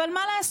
אבל מה לעשות,